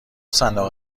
صندوق